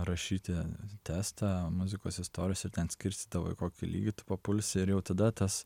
rašyti testą muzikos istorijos ir ten skirstydavo į kokį lygį tu papulsi ir jau tada tas